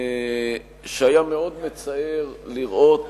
שהיה מאוד מצער לראות